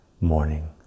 morning